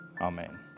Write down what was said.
amen